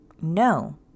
No